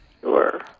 Sure